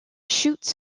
shoots